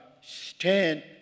Stand